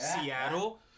Seattle